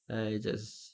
I just